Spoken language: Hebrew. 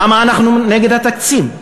למה אנחנו נגד התקציב?